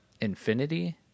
Infinity